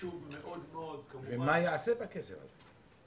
ומה ייעשה בכסף הזה.